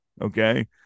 Okay